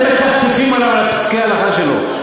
אתם מצפצפים על פסקי ההלכה שלו.